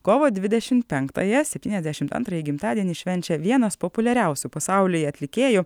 kovo dvidešimt penktąją septyniasdešimt antrąjį gimtadienį švenčia vienas populiariausių pasaulyje atlikėjų